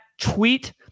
tweet